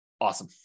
Awesome